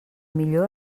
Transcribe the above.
millor